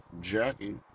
Jackie